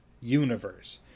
universe